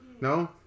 no